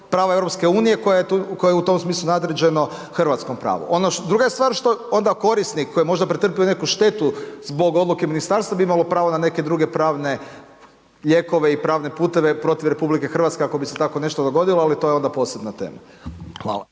prava EU kojoj je u tom smislu nadređeno hrvatskom pravu. Druga je stvar što onda korisnik koji je možda pretrpio neku štetu zbog odluke ministarstva bi imalo pravo na neke druge pravne lijekove i pravne puteve protiv Republike Hrvatske ako bi se tako nešto dogodilo, ali to je onda posebna tema. Hvala.